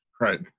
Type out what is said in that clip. Right